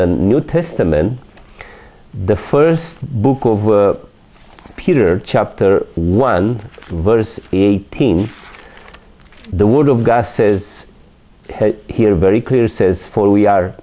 the new testament the first book of peter chapter one verse eighteen the word of god says here very clear says for we are